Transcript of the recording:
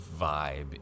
vibe